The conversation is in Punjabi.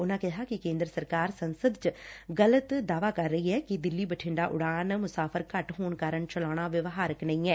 ਉਨੁਾ ਕਿਹਾ ਕਿ ਕੇਦਰ ਸਰਕਾਰ ਸੰਸਦ ਚ ਗਲਤ ਦਾਅਵਾ ਕਰ ਰਹੀ ਐ ਕਿ ਦਿੱਲੀ ਬਠਿੰਡਾ ਉਡਾਣ ਮੁਸਾਫ਼ਰ ਘੱਟ ਹੋਣ ਕਾਰਨ ਚਲਾਉਣਾ ਵਿਹਾਰਕ ਨਹੀ ਐ